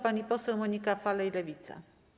Pani poseł Moniak Falej, Lewica.